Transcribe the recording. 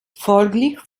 folglich